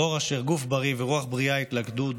דור אשר גוף בריא ורוח בריאה התלכדו,